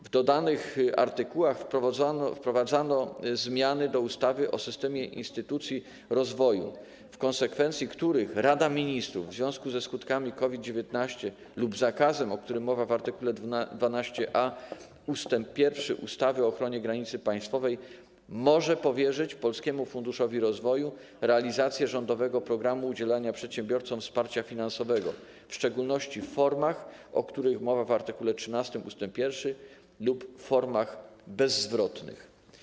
W dodanych artykułach wprowadzano zmiany do ustawy o systemie instytucji rozwoju, w konsekwencji których Rada Ministrów w związku ze skutkami COViD-19 lub zakazem, o którym mowa w art. 12a ust. 1 ustawy o ochronie granicy państwowej, może powierzyć Polskiemu Funduszowi Rozwoju realizację rządowego programu udzielania przedsiębiorcom wsparcia finansowego, w szczególności w formach, o których mowa w art. 13 ust. 1, lub w formach bezzwrotnych.